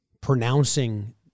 pronouncing